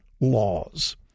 laws